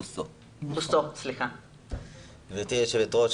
גבירתי היו"ר,